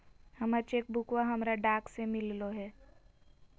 हमर चेक बुकवा हमरा डाक से मिललो हे